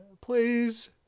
please